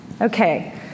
okay